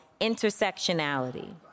intersectionality